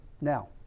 now